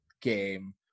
game